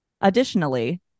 Additionally